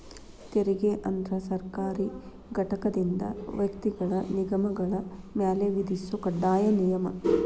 ತೆರಿಗೆ ಅಂದ್ರ ಸರ್ಕಾರಿ ಘಟಕದಿಂದ ವ್ಯಕ್ತಿಗಳ ನಿಗಮಗಳ ಮ್ಯಾಲೆ ವಿಧಿಸೊ ಕಡ್ಡಾಯ ನಿಯಮ